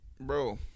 Bro